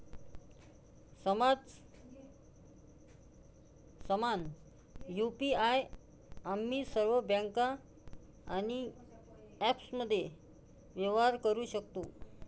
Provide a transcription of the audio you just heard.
समान यु.पी.आई आम्ही सर्व बँका आणि ॲप्समध्ये व्यवहार करू शकतो